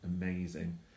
Amazing